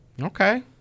Okay